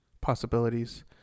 possibilities